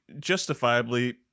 justifiably